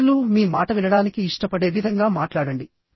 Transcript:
ఇతరులు మీ మాట వినడానికి ఇష్టపడే విధంగా మాట్లాడండి